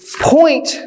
point